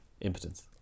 impotence